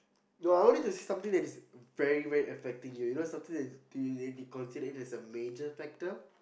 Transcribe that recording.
ya I want to see something that is very very affecting you know something that is considered as a major factor